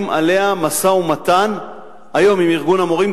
עליה משא-ומתן היום עם ארגון המורים.